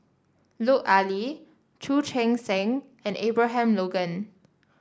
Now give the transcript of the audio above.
Lut Ali Chu Chee Seng and Abraham Logan